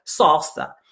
salsa